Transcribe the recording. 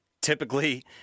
typically